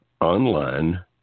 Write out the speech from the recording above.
online